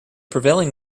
prevailing